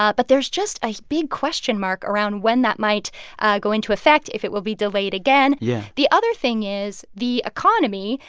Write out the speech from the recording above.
but but there's just a big question mark around when that might go into effect, if it will be delayed again yeah the other thing is the economy.